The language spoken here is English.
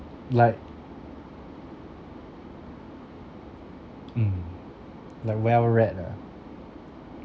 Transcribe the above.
like mm like well read ah